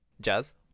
Jazz